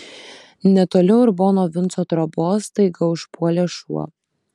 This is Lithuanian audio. netoli urbono vinco trobos staiga užpuolė šuo